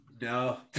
No